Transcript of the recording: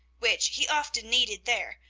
which he often needed there,